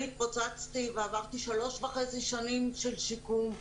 אני התפוצצתי ועברתי שלוש וחצי שנים של שיקום.